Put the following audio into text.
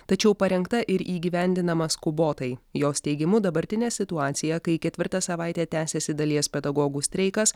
tačiau parengta ir įgyvendinama skubotai jos teigimu dabartinė situacija kai ketvirtą savaitę tęsiasi dalies pedagogų streikas